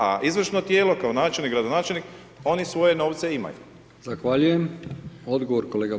A izvršno tijelo kao načelnik, gradonačelnik oni svoje novce imaju.